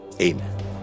Amen